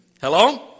Hello